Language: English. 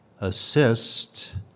assist